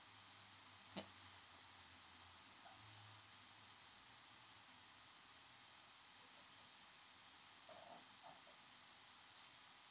mm